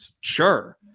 Sure